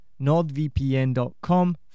nordvpn.com